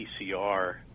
PCR